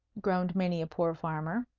groaned many a poor farmer.